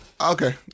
Okay